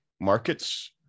markets